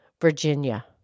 Virginia